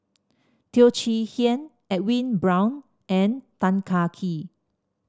Teo Chee Hean Edwin Brown and Tan Kah Kee